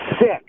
sick